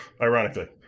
ironically